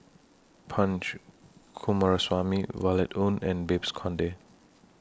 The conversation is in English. Punch Coomaraswamy Violet Oon and Babes Conde